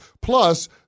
Plus